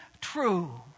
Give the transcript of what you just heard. true